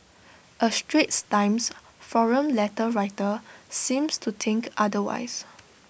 A straits times forum letter writer seems to think otherwise